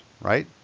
Right